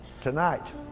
tonight